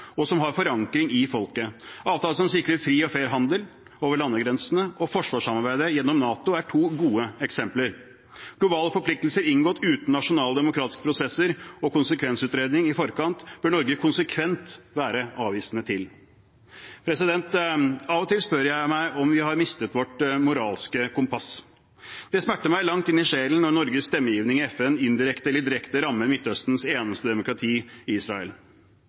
og som har forankring i folket. Avtaler som sikrer fri og fair handel over landegrensene, og forsvarssamarbeidet gjennom NATO er to gode eksempler. Globale forpliktelser inngått uten nasjonale demokratiske prosesser og konsekvensutredning i forkant bør Norge konsekvent være avvisende til. Av og til spør jeg meg om vi har mistet vårt moralske kompass. Det smerter meg langt inn i sjelen når Norges stemmegivning i FN indirekte eller direkte rammer Midtøstens eneste demokrati, Israel. Vi har hatt flere episoder hvor dette har vært tilfellet, senest i